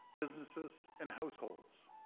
businesses and households.